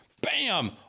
bam